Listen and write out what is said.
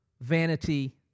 vanity